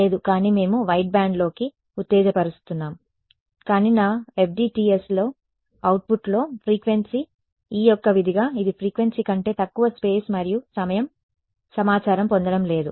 లేదు కానీ మేము వైడ్బ్యాండ్లోకి ఉత్తేజపరుస్తున్నాం కానీ నా FDTSల అవుట్పుట్లో ఫ్రీక్వెన్సీ E యొక్క విధిగా ఇది ఫ్రీక్వెన్సీ కంటే తక్కువ స్పేస్ మరియు సమయం సమాచారం పొందడం లేదు